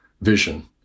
vision